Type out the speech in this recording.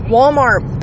Walmart